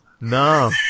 No